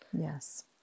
yes